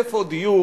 איפה דיור?